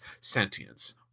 sentience